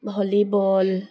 volleyball